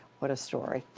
what a story.